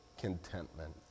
contentment